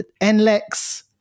NLEX